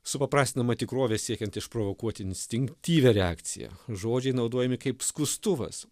supaprastinama tikrovė siekiant išprovokuoti instinktyvią reakciją žodžiai naudojami kaip skustuvas